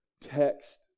text